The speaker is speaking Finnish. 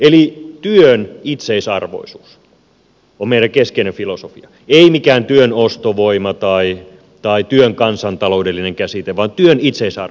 eli työn itseisarvoisuus on meille keskeinen filosofia ei mikään työn ostovoima tai työn kansantaloudellinen käsite vaan työn itseisarvo